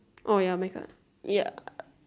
orh ya my card ya